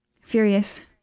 Furious